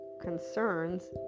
concerns